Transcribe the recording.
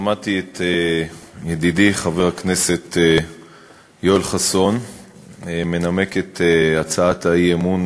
שמעתי את ידידי חבר הכנסת יואל חסון מנמק את הצעת האי-אמון